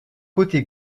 côté